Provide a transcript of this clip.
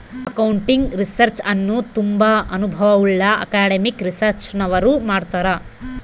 accounting research ಅನ್ನು ತುಂಬಾ ಅನುಭವವುಳ್ಳ ಅಕಾಡೆಮಿಕ್ ರಿಸರ್ಚ್ನವರು ಮಾಡ್ತರ್